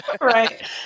Right